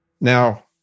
Now